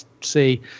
see